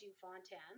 Fontan